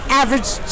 average